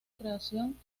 creación